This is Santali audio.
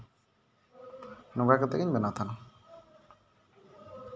ᱱᱚᱝᱠᱟ ᱠᱟᱛᱮ ᱜᱤᱧ ᱵᱮᱱᱟᱣ ᱛᱟᱦᱮᱱᱟ